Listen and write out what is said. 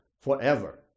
forever